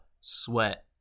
sweat